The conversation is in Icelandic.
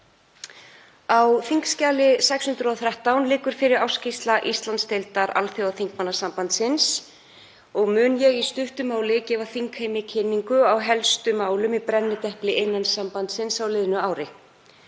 Á þskj. 613 liggur fyrir ársskýrsla Íslandsdeildar Alþjóðaþingmannasambandsins og mun ég í stuttu máli gefa þingheimi kynningu á helstu málum í brennidepli innan sambandsins á liðnu ári.